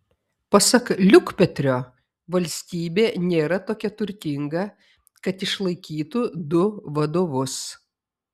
pasak liukpetrio valstybė nėra tokia turtinga kad išlaikytų du vadovus